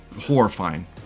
horrifying